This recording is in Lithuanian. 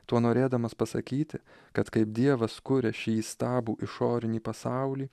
tuo norėdamas pasakyti kad kaip dievas kuria šį įstabų išorinį pasaulį